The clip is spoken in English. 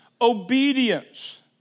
obedience